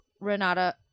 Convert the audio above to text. Renata